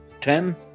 ten